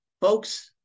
folks-